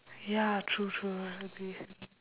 ya true true I agree